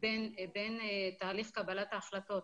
בין תהליך קבלת ההחלטות,